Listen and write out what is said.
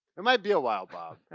it might be a while, bob.